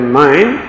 mind